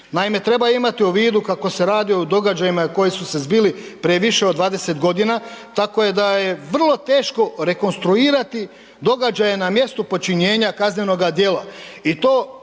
Naime, treba imati u vidu kako se radi o događajima koji su se zbili prije više od 20 g. tako da je vrlo teško rekonstruirati događaje na mjestu počinjenja kaznenoga djela